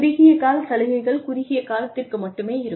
குறுகிய கால சலுகைகள் குறுகிய காலத்திற்கு மட்டுமே இருக்கும்